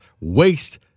waste